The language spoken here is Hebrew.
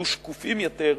יהיו שקופים יותר לציבור.